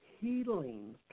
healing